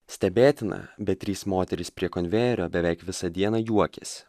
stebėtina bet trys moterys prie konvejerio beveik visą dieną juokias